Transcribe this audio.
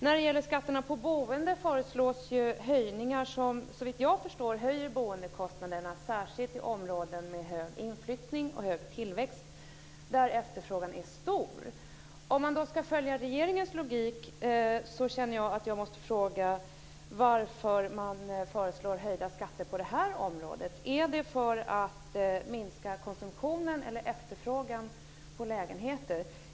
När det gäller skatterna på boende föreslås ju höjningar som, såvitt jag förstår, höjer boendekostnaderna - särskilt i områden med stor inflyttning och hög tillväxt där efterfrågan är stor. Om man ska följa regeringens logik, måste jag fråga varför man föreslår höjda skatter på det här området. Är det för att minska konsumtionen eller efterfrågan på lägenheter?